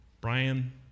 Brian